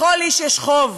לכל איש יש חוב.